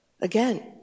Again